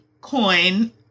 coin